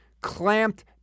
clamped